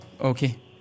Okay